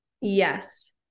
Yes